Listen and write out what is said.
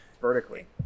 Vertically